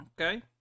Okay